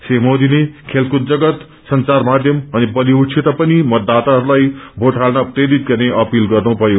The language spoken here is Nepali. श्री मोदीले खेलकूद संचार माध्यम अनि बालिउडसित पनि मतदाताहस्ताई मोट हाल्न प्रेरित गर्ने अपील गर्नुभयो